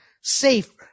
safe